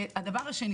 והדבר השני